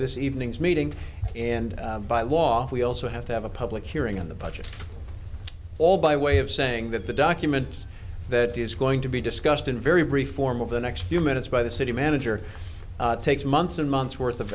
this evening's meeting and by law we also have to have a public hearing on the budget all by way of saying that the document that is going to be discussed in very brief form of the next few minutes by the city manager takes months and months worth of